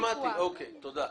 שמעתי, אוקיי, תודה.